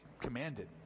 commanded